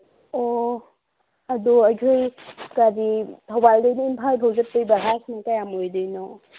ꯑꯣ ꯑꯗꯨ ꯑꯩꯈꯣꯏ ꯀꯔꯤ ꯊꯧꯕꯥꯜꯗꯒꯤꯅ ꯏꯝꯐꯥꯜ ꯐꯥꯎ ꯆꯠꯄꯩ ꯚꯔꯥꯁꯤꯅ ꯀꯌꯥꯝ ꯑꯣꯏꯗꯣꯏꯅꯣ